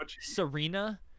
Serena